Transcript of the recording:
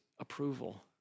approval